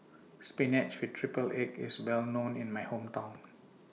Spinach with Triple Egg IS Well known in My Hometown